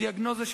הדיאגנוזה,